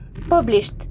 Published